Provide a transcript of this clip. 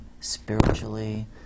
spiritually